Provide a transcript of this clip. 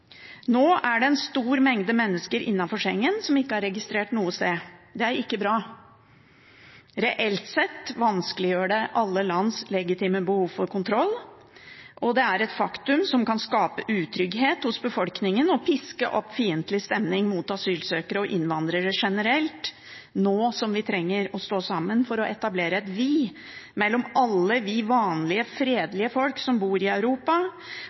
Nå er det en stor mengde mennesker innenfor Schengen som ikke er registrert noe sted. Det er ikke bra. Reelt sett vanskeliggjør det alle lands legitime behov for kontroll, og det er et faktum som kan skape utrygghet hos befolkningen og piske opp fiendtlig stemning mot asylsøkere og innvandrere generelt, nå som vi trenger å stå sammen for å etablere et «vi» mellom alle oss vanlige, fredelige folk som bor i Europa,